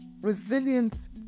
resilience